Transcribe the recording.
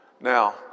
Now